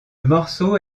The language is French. morceau